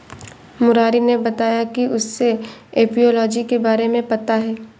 मुरारी ने बताया कि उसे एपियोलॉजी के बारे में पता है